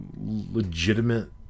legitimate